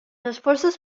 esforços